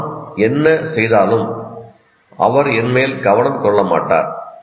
நான் என்ன செய்தாலும் அவர் என்மேல் கவனம் கொள்ள மாட்டார்